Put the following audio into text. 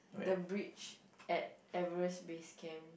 the bridge at Everest base camp